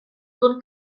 con